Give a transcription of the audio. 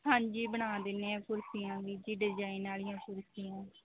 ਹਾਂਜੀ ਬਣਾ ਦਿੰਦੇ ਹਾਂ ਕੁਰਸੀਆਂ ਵੀ ਜੀ ਡਿਜ਼ਾਈਨ ਵਾਲੀਆਂ ਕੁਰਸੀਆਂ